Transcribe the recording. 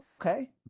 okay